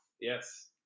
Yes